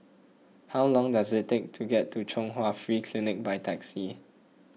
how long does it take to get to Chung Hwa Free Clinic by taxi